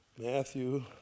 Matthew